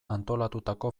antolatutako